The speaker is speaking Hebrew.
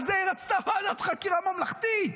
על זה היא רצתה ועדת חקירה ממלכתית.